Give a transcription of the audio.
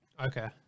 Okay